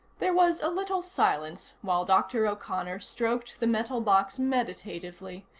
there was a little silence while dr. o'connor stroked the metal box meditatively,